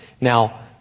Now